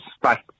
Bye